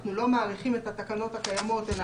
אנחנו לא מאריכים את התקנות הקיימות אלא